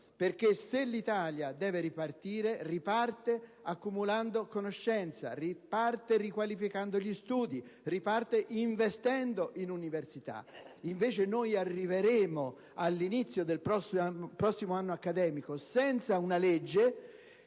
infatti, l'Italia deve ripartire, riparte accumulando conoscenza, riparte riqualificando gli studi, riparte investendo nell'università. Invece, noi arriveremo all'inizio del prossimo anno accademico senza una legge